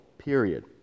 period